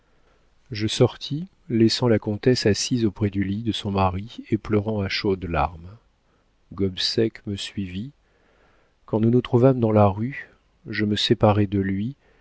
je sortis laissant la comtesse assise auprès du lit de son mari et pleurant à chaudes larmes gobseck me suivit quand nous nous trouvâmes dans la rue je me séparai de lui